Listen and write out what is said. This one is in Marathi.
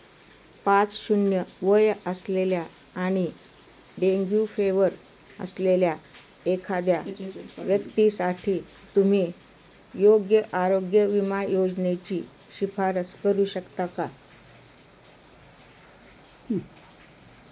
पाच शून्य वय असलेल्या आणि डेंग्यू फेवर असलेल्या एखाद्या व्यक्तीसाठी तुम्ही योग्य आरोग्य विमा योजनेची शिफारस करू शकता का